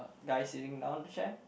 guy sitting down the chair